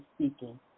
speaking